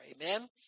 Amen